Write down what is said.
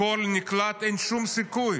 הכול נקלט, אין שום סיכוי